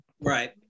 Right